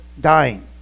dying